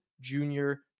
junior